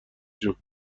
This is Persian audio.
جون